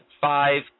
five